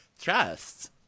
trust